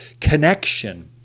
connection